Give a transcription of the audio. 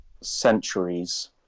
centuries